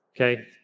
Okay